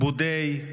בודי,